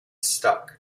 struck